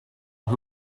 who